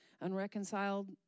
Unreconciled